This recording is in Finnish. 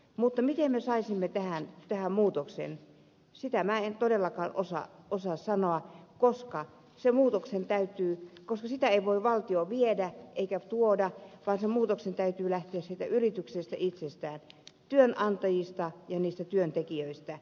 mutta miten me saisimme tähän muutoksen sitä minä en todellakaan osaa sanoa koska sitä muutosta ei voi valtio viedä eikä tuoda vaan sen muutoksen täytyy lähteä siitä yrityksestä itsestään työnantajista ja niistä työntekijöistä